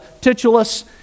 titulus